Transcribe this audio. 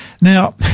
Now